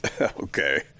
okay